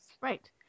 Right